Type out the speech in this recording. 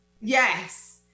Yes